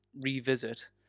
revisit